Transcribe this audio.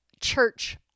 church